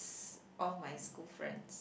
all my school friends